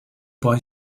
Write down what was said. boy